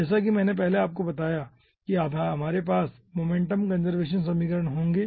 जैसा कि मैंने आपको बताया है कि हमारे पास मास और मोमेंटम कंजर्वेशन समीकरण होंगे